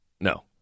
No